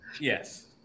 Yes